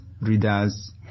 readers